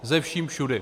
Se vším všudy.